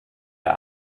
der